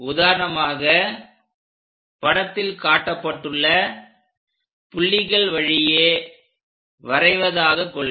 உதாரணமாக படத்தில் காட்டப்பட்டுள்ள புள்ளிகள் வழியே வரைவதாக கொள்க